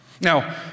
Now